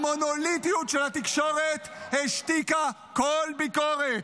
המונוליטיות של התקשורת השתיקה כל ביקורת.